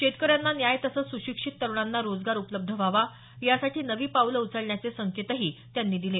शेतकऱ्यांना न्याय तसंच सुशिक्षित तरुणांना रोजगार उपलब्ध व्हावा यासाठी नवी पावलं उचलण्याचे संकेतही मलिक यांनी दिले